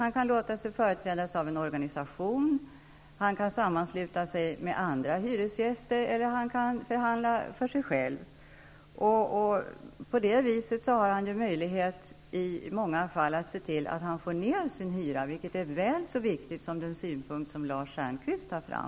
Han kan låta sig företrädas av en organisation, han kan sammansluta sig med andra hyresgäster eller han kan förhandla för sig själv. På det viset har han i många fall möjlighet att se till att få ned sin hyra, vilket är väl så viktigt som den synpunkt som Lars Stjernkvist tar fram.